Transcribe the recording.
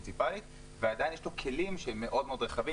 ועדיין יש לו כלים מאוד רחבים,